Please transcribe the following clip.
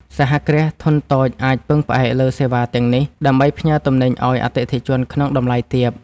សហគ្រាសធុនតូចអាចពឹងផ្អែកលើសេវាទាំងនេះ ដើម្បីផ្ញើទំនិញឱ្យអតិថិជនក្នុងតម្លៃទាប។